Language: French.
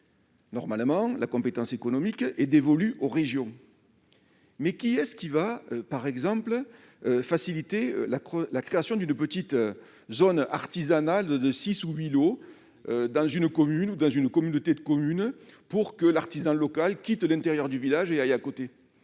Normalement, la compétence économique est dévolue aux régions, mais qui va, par exemple, faciliter la création d'une petite zone artisanale de 6 ou 8 lots dans une commune ou une communauté de communes pour permettre à l'artisan local de quitter le centre du village et de s'y